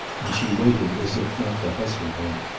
and she waited as if not to hustle him.